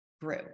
grew